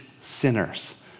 sinners